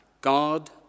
God